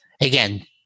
Again